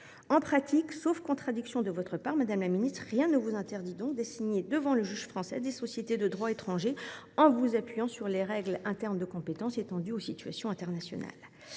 En pratique, sauf précision contraire de votre part, madame la ministre, rien n’interdit donc au Gouvernement d’assigner devant le juge français des sociétés de droit étranger en s’appuyant sur les règles internes de compétence étendues aux situations internationales.